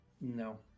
No